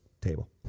table